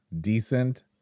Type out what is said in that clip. decent